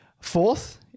fourth